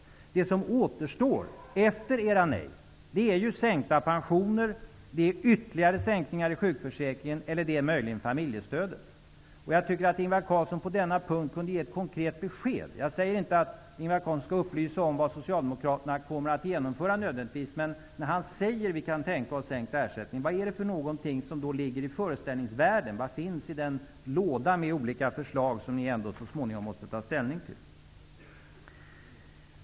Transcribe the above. Det som återstår efter era nej är ju sänkta pensioner, det är ytterligare sänkningar i sjukförsäkringen eller det är möjligen familjestödet. Jag tycker att Ingvar Carlsson på denna punkt kunde ge ett konkret besked. Jag säger inte att Ingvar Carlsson nödvändigtvis skall upplysa om vad Socialdemokraterna kommer att genomföra, men när han säger att Socialdemokraterna kan tänka sig sänkt ersättning, vad är det för någonting som då ligger i föreställningsvärlden? Vad finns i lådan med olika förslag som ni ändå så småningom måste ta ställning till?